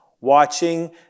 watching